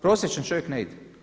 Prosječan čovjek ne ide.